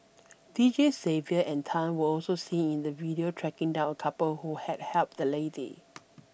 Deejays Xavier and Tan were also seen in the video tracking down a couple who had helped the lady